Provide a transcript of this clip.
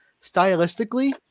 stylistically